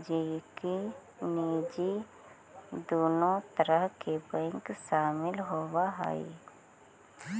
निजी दुनों तरह के बैंक शामिल होवऽ हइ